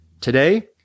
Today